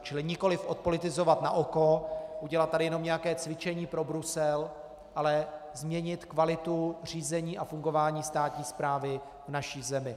Čili nikoliv odpolitizovat naoko, udělat tady jenom nějaké cvičení pro Brusel, ale změnit kvalitu řízení a fungování státní správy v naší zemi.